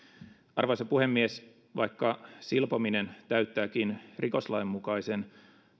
arvoisa puhemies vaikka silpominen täyttääkin rikoslain mukaisen